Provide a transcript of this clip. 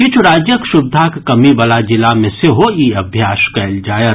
किछ् राज्यक सुविधाक कमी वला जिला मे सेहो ई अभ्यास कयल जायत